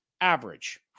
average